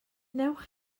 wnewch